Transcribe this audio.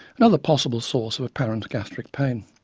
another possible source of apparently gastric pain.